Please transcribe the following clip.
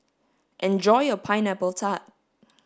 enjoy your pineapple tart